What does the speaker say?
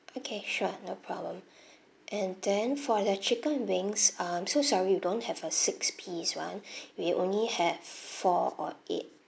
okay sure no problem and then for the chicken wings um so sorry we don't have a six piece [one] we only have four or eight